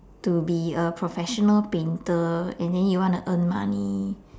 to be a professional painter and then you wanna earn money